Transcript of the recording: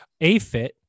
AFIT